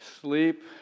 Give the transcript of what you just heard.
sleep